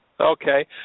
Okay